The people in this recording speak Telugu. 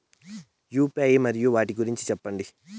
యు.పి.ఐ మరియు వాటి గురించి సెప్పండి?